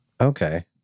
okay